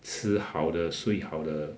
吃好的睡好的